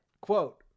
Quote